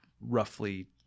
roughly